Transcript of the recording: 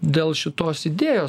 dėl šitos idėjos